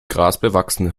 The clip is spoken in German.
grasbewachsene